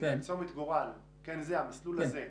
צומת גורל המסלול הזה,